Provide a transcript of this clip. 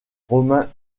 romains